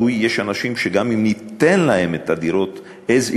יש אנשים שגם אם ניתן להם את הדירות as is,